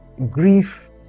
grief